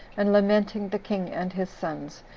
and lamenting the king and his sons,